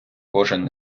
кожен